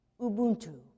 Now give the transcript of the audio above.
Ubuntu